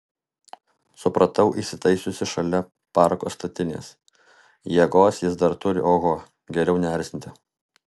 supratau įsitaisiusi šalia parako statinės jėgos jis dar turi oho geriau neerzinti